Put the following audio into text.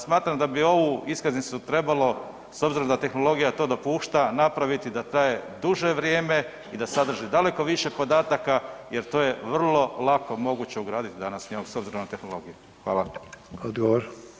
Smatram da bi ovu iskaznicu trebalo s obzirom da tehnologija to dopušta napraviti da traje duže vrijeme i da sadrži daleko više podataka jer to je vrlo lako moguće ugradit danas s njom s obzirom na tehnologije.